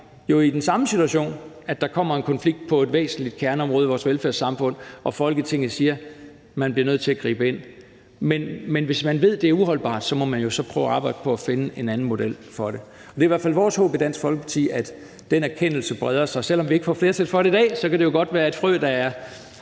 i den samme situation, nemlig at der kommer en konflikt på et væsentligt kerneområde i vores velfærdssamfund og Folketinget siger, at man bliver nødt til at gribe ind. Men hvis man ved, det er uholdbart, må man jo prøve at arbejde på at finde en anden model for det. Det er i hvert fald vores håb i Dansk Folkeparti, at den erkendelse breder sig. Og selv om vi ikke får flertal for det i dag, kan det jo godt være et frø, der er